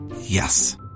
Yes